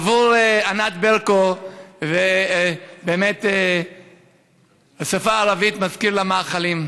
עבור ענת ברקו באמת השפה הערבית מזכירה לה מאכלים,